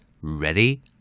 Ready